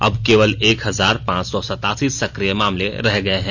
अब केवल एक हजार पांच सौ सतासी सक्रिय मामले रह गये हैं